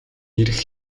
ирэх